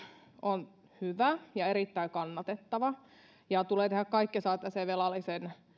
on hyvä ja erittäin kannatettava ja tulee tehdä kaikki että velallisen